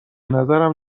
نظرم